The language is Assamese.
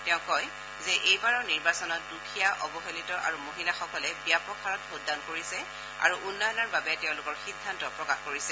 তেওঁ কয় যে এইবাৰৰ নিৰ্বাচনত দৃখীয়া অৱহেলিত আৰু মহিলাসকলে ব্যাপক হাৰত ভোটদান কৰিছে আৰু উন্নয়নৰ বাবে তেওঁলোকৰ সিদ্ধান্ত প্ৰকাশ কৰিছে